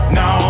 no